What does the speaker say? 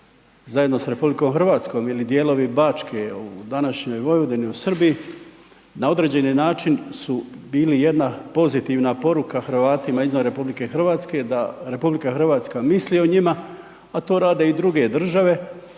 zajedno s RH ili dijelovi Bačke u današnjoj Vojvodini, u Srbiji na određeni način su bili jedna pozitivna poruka Hrvatima izvan RH da RH misli o njima, a to rade i druge države,